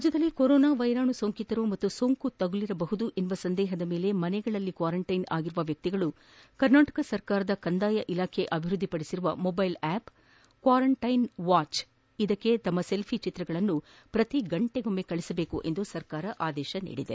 ರಾಜ್ಯದಲ್ಲಿ ಕೊರೋನಾ ವೈರಾಣು ಸೋಂಕಿತರು ಮತ್ತು ಸೋಂಕು ತಗುಲಿರಬಹುದು ಎನ್ನುವ ಸಂದೇಹದ ಮೇಲೆ ಮನೆಗಳಲ್ಲೇ ಕ್ವಾರಂಟೈನ್ ಆಗಿರುವ ವ್ಹಿಕ್ತಿಗಳು ಕರ್ನಾಟಕ ಸರ್ಕಾರದ ಕಂದಾಯ ಇಲಾಖೆ ಅಭಿವೃದ್ಧಿಪಡಿಸಿರುವ ಮೊಬೈಲ್ ಆಪ್ ಕ್ವಾರಂಟೈನ್ ವಾಚ್ಗೆ ತಮ್ಮ ಸೆಲ್ಫಿ ಚಿತ್ರಗಳನ್ನು ಪ್ರತಿಗಂಟಿಗೊಮ್ಮೆ ಕಳಿಸಬೇಕು ಎಂದು ಸರ್ಕಾರ ಆದೇಶ ನೀಡಿದೆ